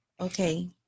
Okay